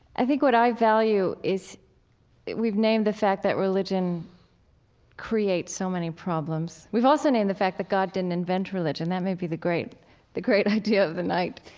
i think what i value is we've named the fact that religion creates so many problems. we've also named the fact that god didn't invent religion. that may be the great the great idea of the night.